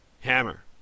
Hammer